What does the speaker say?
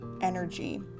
energy